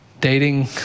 dating